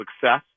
success